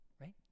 right